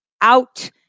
out